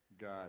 god